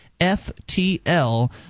F-T-L